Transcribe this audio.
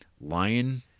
lion